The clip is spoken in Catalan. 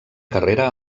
carrera